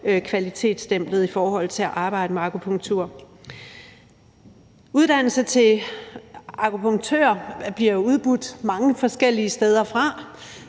kvalitetsstemplet i forhold til at arbejde med akupunktur. Uddannelse til akupunktør bliver udbudt mange forskellige steder fra;